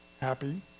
happy